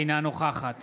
אינה נוכחת